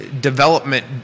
development